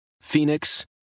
Phoenix